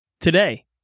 Today